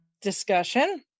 discussion